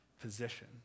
position